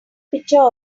picture